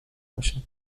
باشد